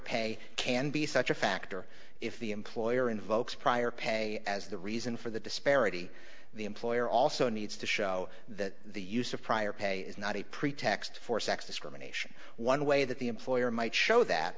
pay can be such a factor if the employer invokes prior pay as the reason for the disparity the employer also needs to show that the use of prior pay is not a pretext for sex discrimination one way that the employer might show that